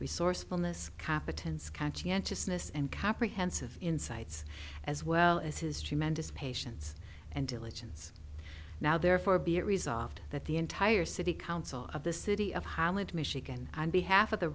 resourcefulness cap attends conscientiousness and capri hence of insights as well as his tremendous patience and diligence now therefore be it resolved that the entire city council of the city of holland michigan on behalf of the